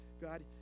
God